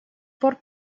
пор